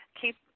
keep